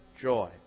joy